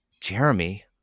Jeremy